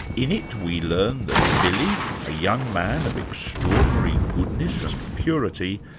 in it we learn that billy, a young man of extraordinary goodness and purity,